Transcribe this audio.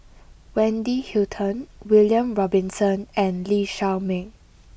Wendy Hutton William Robinson and Lee Shao Meng